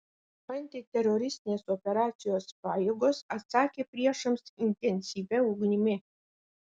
antiteroristinės operacijos pajėgos atsakė priešams intensyvia ugnimi